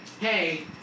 hey